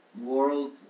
world